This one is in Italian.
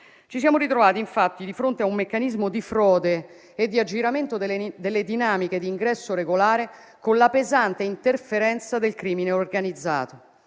Ci siamo ritrovati infatti di fronte a un meccanismo di frode e di aggiramento delle dinamiche di ingresso regolare, con la pesante interferenza del crimine organizzato.